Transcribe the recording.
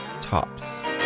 Tops